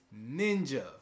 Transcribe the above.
ninja